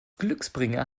glücksbringer